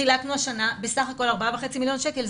חילקנו השנה בסך הכול 4.5 מיליון שקל.